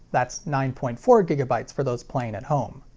that's nine point four gigabytes for those playing at home.